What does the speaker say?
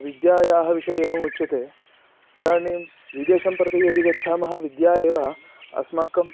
विद्यायाः विषये एवमुच्यते इदानीं विदेशं प्रति यदि गच्छामः विद्या एव अस्माकं